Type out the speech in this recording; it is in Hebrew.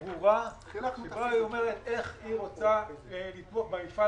ברורה שאומרת איך היא רוצה לתמוך במפעל